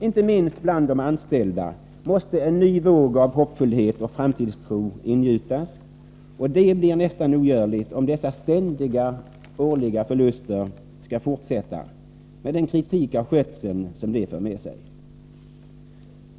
Inte minst bland de anställda måste ny hoppfullhet och framtidstro ingjutas, och det blir nästan ogörligt om dessa ständiga årliga förluster skall fortsätta, med den kritik av skötseln som de för med sig.